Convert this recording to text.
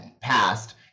passed